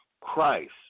Christ